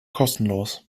kostenlos